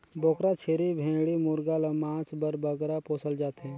बोकरा, छेरी, भेंड़ी मुरगा ल मांस बर बगरा पोसल जाथे